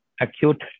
acute